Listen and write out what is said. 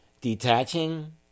detaching